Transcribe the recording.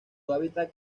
hábitat